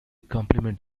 complement